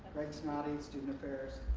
greg snoddy, student affairs.